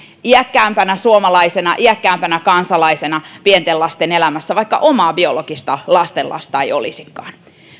iäkkäämpänä suomalaisena iäkkäämpänä kansalaisena pienten lasten elämässä vaikka omaa biologista lastenlasta ei olisikaan